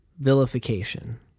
Vilification